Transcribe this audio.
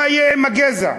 מה יהיה עם הגזע?